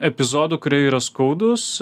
epizodų kurie yra skaudūs